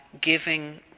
giving